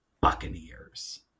Buccaneers